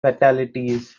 fatalities